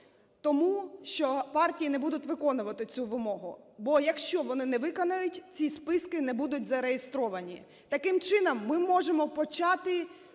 тому, що партії не будуть виконувати цю вимогу. Бо якщо вони не виконають, ці списки не будуть зареєстровані. Таким чином, ми можемо почати